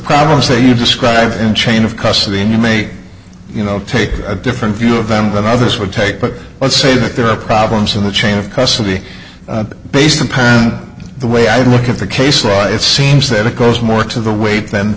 problems there you describe in chain of custody in a mate you know take a different view of them going others would take but let's say that there are problems in the chain of custody based upon the way i look at the case law it seems that it goes more to the weight the